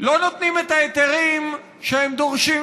לא נותנים את ההיתרים שהם דורשים,